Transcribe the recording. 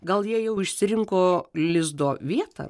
gal jie jau išsirinko lizdo vietą